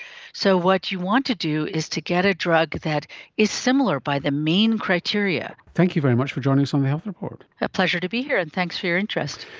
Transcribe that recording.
so what you want to do is to get a drug that is similar by the main criteria. thank you very much for joining us on the health report. a pleasure to be here, and thanks for your interest.